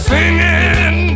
Singing